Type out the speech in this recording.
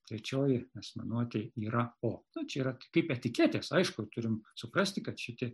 trečioji asmenuotė yra o čia yra kaip etiketės aišku turim suprasti kad šitie